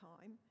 time